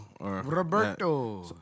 Roberto